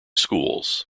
schools